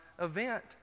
event